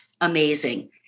amazing